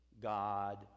god